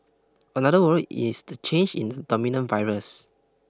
another worry is the change in the dominant virus